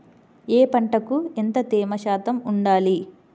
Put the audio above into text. ఏ పంటకు ఎంత తేమ శాతం ఉండాలి?